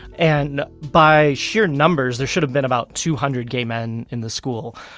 and by sheer numbers, there should have been about two hundred gay men in the school.